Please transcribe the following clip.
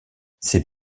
ses